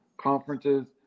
conferences